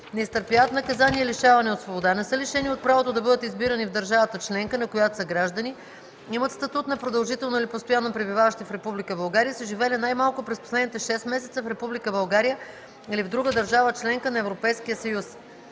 не изтърпяват наказание лишаване от свобода, не са лишени от правото да бъдат избирани в държавата членка, на която са граждани, имат статут на продължително или постоянно пребиваващи в Република България и са живели най-малко през последните 6 месеца в Република България или в друга държава – членка на Европейския съюз.”